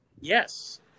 Yes